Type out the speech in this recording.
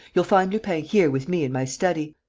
you'll find lupin here, with me, in my study.